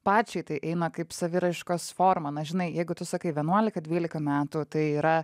pačiai tai eina kaip saviraiškos forma na žinai jeigu tu sakai vienuolika dvylika metų tai yra